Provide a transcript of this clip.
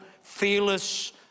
fearless